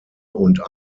und